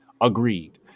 Agreed